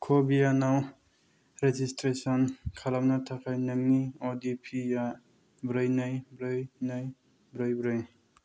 क' वियानाव रेजिसट्रेसन खालामनो थाखाय नोंनि अटिपि आ ब्रै नै ब्रै नै ब्रै ब्रै